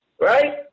right